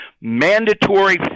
mandatory